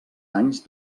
anys